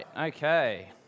Okay